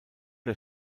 der